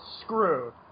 screwed